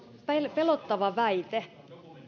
pelottava väite